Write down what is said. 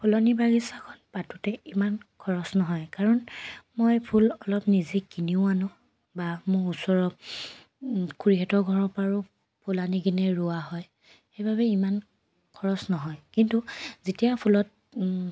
ফুলনি বাগিচাখন পাতোঁতে ইমান খৰচ নহয় কাৰণ মই ফুল অলপ নিজে কিনিও আনো বা মোৰ ওচৰ খুৰীহঁতৰ ঘৰৰ পৰাও ফুল আনি কিনে ৰোৱা হয় সেইবাবে ইমান খৰচ নহয় কিন্তু যেতিয়া ফুলত